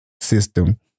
system